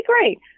great